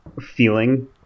feeling